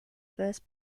first